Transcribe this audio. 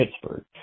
Pittsburgh